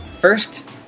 First